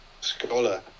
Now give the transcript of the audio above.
scholar